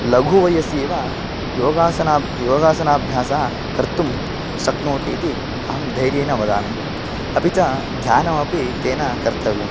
लघुवयसि एव योगासना योगासनाभ्यासः कर्तुं शक्नोति इति अहं धैर्येन वदामि अपि च ध्यानमपि तेन कर्तव्यं